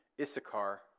Issachar